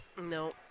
No